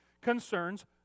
concerns